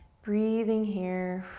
breathing here.